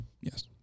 yes